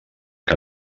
que